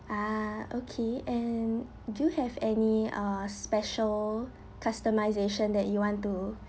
ah okay and do you have any uh special customisation that you want to